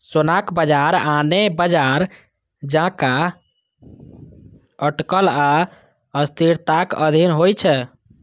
सोनाक बाजार आने बाजार जकां अटकल आ अस्थिरताक अधीन होइ छै